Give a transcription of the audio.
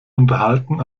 unterhalten